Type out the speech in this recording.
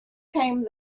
came